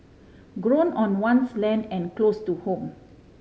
grown on one's land and close to home